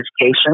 Education